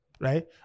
right